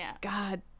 god